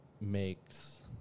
makes